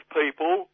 people